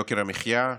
יוקר המחיה,